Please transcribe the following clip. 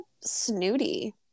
snooty